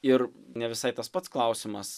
ir ne visai tas pats klausimas